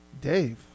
Dave